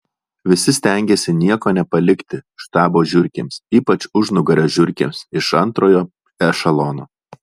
visi stengėsi nieko nepalikti štabo žiurkėms ypač užnugario žiurkėms iš antrojo ešelono